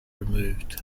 removed